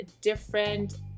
different